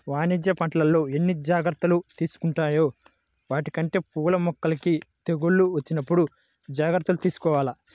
వాణిజ్య పంటల్లో ఎన్ని జాగర్తలు తీసుకుంటామో వాటికంటే పూల మొక్కలకి తెగుళ్ళు వచ్చినప్పుడు జాగర్తలు తీసుకోవాల